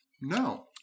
No